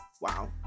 wow